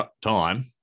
time